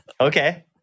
Okay